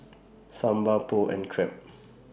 Sambar Pho and Crepe